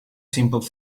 simple